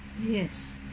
Yes